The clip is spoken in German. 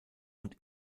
und